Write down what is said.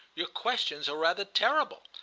your questions are rather terrible.